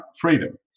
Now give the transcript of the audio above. freedom